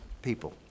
people